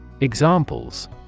Examples